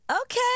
Okay